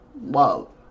love